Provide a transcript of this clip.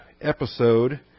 episode